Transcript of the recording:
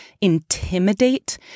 intimidate